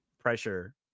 pressure